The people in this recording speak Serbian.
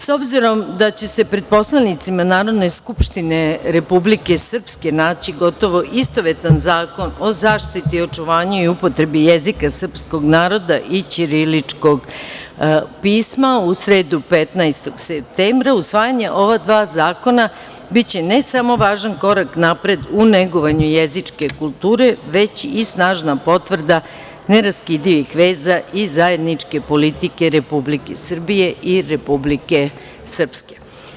S obzirom da će se pred poslanicima Narodne skupštine Republike Srpske naći gotovo istovetan Zakon o zaštiti, očuvanju i upotrebi jezika srpskog naroda i ćiriličkog pisma u sredu, 15. septembra, usvajanje ova dva zakona biće ne samo važan korak napred u negovanju jezičke kulture, već i snažna potvrda neraskidivih veza i zajedničke politike Republike Srbije i Republike Srpske.